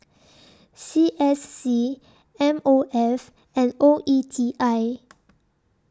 C S C M O F and O E T I